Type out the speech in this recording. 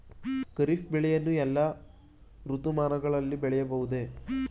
ಖಾರಿಫ್ ಬೆಳೆಯನ್ನು ಎಲ್ಲಾ ಋತುಮಾನಗಳಲ್ಲಿ ಬೆಳೆಯಬಹುದೇ?